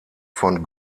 von